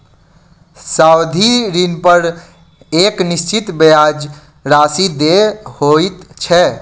सावधि ऋणपर एक निश्चित ब्याज राशि देय होइत छै